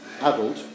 adult